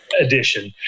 edition